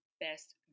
Best